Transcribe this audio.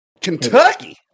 Kentucky